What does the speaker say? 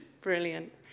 Brilliant